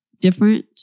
different